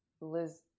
Liz